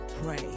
Pray